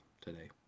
today